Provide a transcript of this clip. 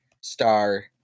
star